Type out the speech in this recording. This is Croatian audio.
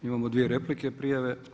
Imamo dvije replike, prijave.